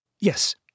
Yes